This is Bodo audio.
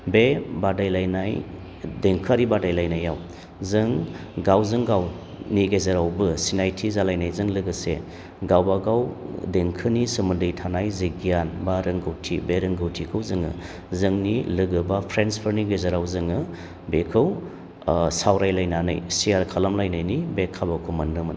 बे बादायलायनाय देंखोआरि बादायलायनायाव जों गावजों गावनि गेजेरावबो सिनायथि जालायनायजों लोगोसे गावबागाव देंखोनि सोमोन्दै थानाय जि गियान बा रोंगौथि बे रोंगौथिखौ जोङो जोंनि लोगो बा फ्रेन्डसफोरनि गेजेराव जोङो बेखौ सावराय लायनानै सेयार खालाम लायनायनि बे खाबुखौ मोनदोंमोन